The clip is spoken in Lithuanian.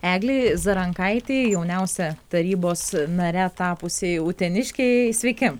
eglei zarankaitei jauniausia tarybos nare tapusiai uteniškei sveiki